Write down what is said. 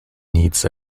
needs